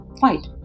fight